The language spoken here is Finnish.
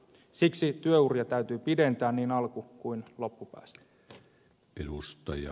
siksi työuria täytyy pidentää niin alku kuin loppupäästä